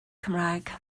cymraeg